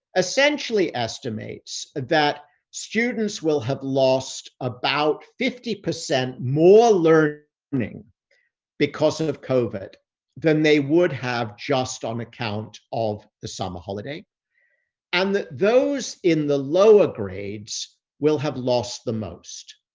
essentially estimates that students will have lost about fifty percent more learning learning because of covid than they would have just on account of the summer holiday and that those in the lower grades will have lost the most.